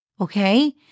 Okay